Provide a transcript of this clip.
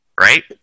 right